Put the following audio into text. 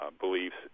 beliefs